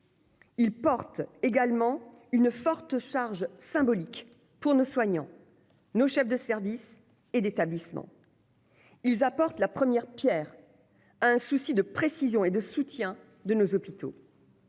Ils portent également une forte charge symbolique pour nos soignants, nos chefs de service et d'établissement. Ils apportent la première pierre au soutien de nos hôpitaux.